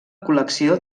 col·lecció